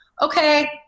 okay